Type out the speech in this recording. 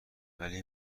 ولی